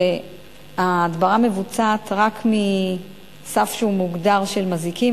וההדברה מבוצעת רק מסף מוגדר של מזיקים,